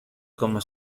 como